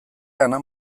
ana